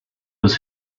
was